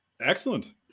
Excellent